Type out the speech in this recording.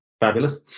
fabulous